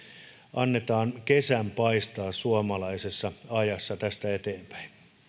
annetaan kesän paistaa suomalaisessa ajassa tästä eteenpäin